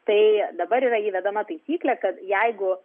tai dabar yra įvedama taisyklė kad jeigu